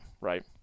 right